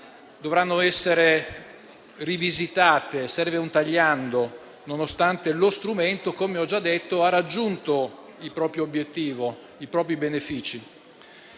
dovranno essere rivisitate. Serve un tagliando, nonostante lo strumento - come ho già detto - abbia raggiunto il proprio obiettivo e i propri benefici.